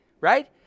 Right